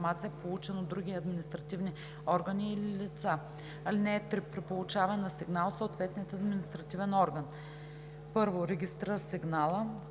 получен от други административни органи или лица. (3) При получаване на сигнал съответният административен орган: 1. регистрира сигнала;